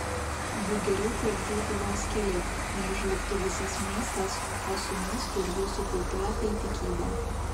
juk geriau kad žūtų vos keli nei žlugtų visas miestas o su miestu ir jūsų kultūra bei tikyba